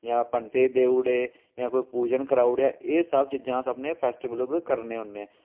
जा पंतै गी देई ओड़े जां कोई पूजन कराउड़ेआ एह् सब चीजां अस अपने फेस्टिवल उप्पर करने होन्ने